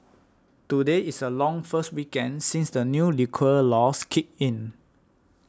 today is the first long weekend since the new liquor laws kicked in